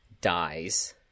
dies